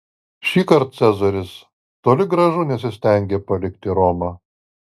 šįkart cezaris toli gražu nesistengė palikti romą